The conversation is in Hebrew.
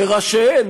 שראשיהן,